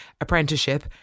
apprenticeship